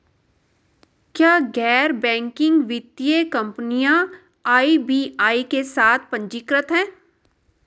क्या गैर बैंकिंग वित्तीय कंपनियां आर.बी.आई के साथ पंजीकृत हैं?